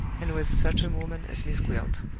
and with such a woman as miss gwilt.